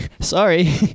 Sorry